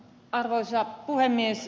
arvoisa puhemies